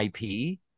IP